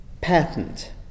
patent